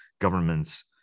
governments